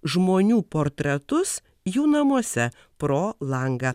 žmonių portretus jų namuose pro langą